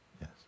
Yes